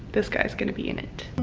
this guy's going to be in it